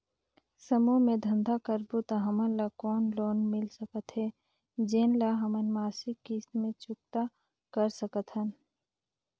समूह मे धंधा करबो त हमन ल कौन लोन मिल सकत हे, जेन ल हमन मासिक किस्त मे चुकता कर सकथन?